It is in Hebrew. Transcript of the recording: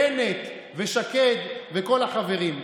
בנט ושקד וכל החברים.